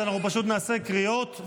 אנחנו פשוט נעשה קריאות,